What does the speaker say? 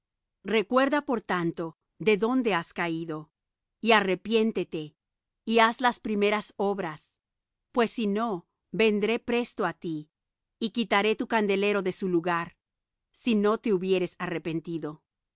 recuerda por tanto de dónde has caído y arrepiéntete y haz las primeras obras pues si no vendré presto á ti y quitaré tu candelero de su lugar si no te hubieres arrepentido